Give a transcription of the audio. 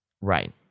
Right